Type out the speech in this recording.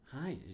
Hi